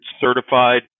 certified